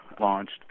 launched